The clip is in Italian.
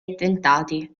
attentati